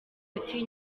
ati